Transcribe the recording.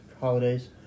holidays